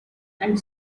and